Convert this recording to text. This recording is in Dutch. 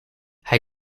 hij